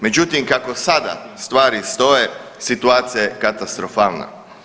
Međutim, kako sada stvari stoje situacija je katastrofalna.